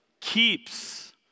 Keeps